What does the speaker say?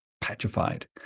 petrified